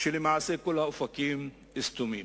שלמעשה כל האופקים סתומים.